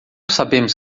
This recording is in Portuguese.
sabemos